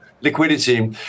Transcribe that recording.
liquidity